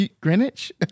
Greenwich